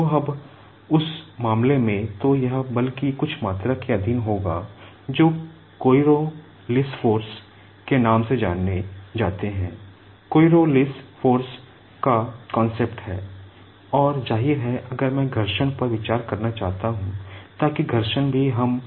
तो अब उस मामले में तो यह बल की कुछ मात्रा के अधीन होगा जो कोइरोलिस फ़ोर्स भी हम विचार कर सकें